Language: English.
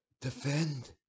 defend